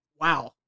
Wow